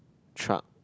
truck